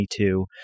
2022